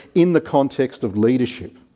in the context of leadership.